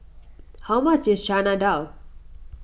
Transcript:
how much is Chana Dal